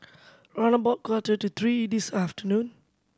round about quarter to three this afternoon